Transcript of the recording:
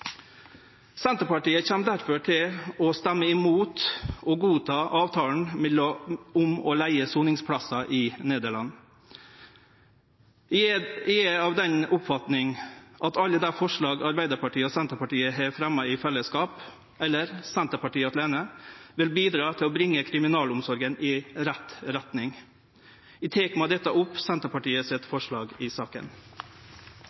Senterpartiet kjem derfor til å stemme imot å godta avtala om å leige soningsplassar i Nederland. Eg er av den oppfatning at alle dei forslaga som Arbeidarpartiet og Senterpartiet har fremja i fellesskap, eller Senterpartiet aleine, vil bidra til å bringe kriminalomsorga i rett retning. Eg tek med dette opp Senterpartiet sitt